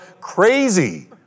crazy